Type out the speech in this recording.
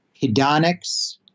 Hedonics